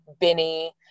Benny